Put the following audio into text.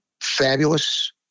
fabulous